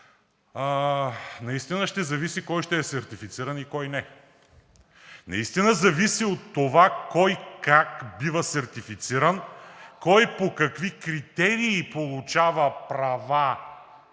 Наистина ще зависи от това кой ще е сертифициран и кой не. Наистина ще зависи от това кой и как бива сертифициран, кой по какви критерии получава права,